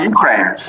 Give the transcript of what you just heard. Ukraine